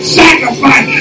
sacrifice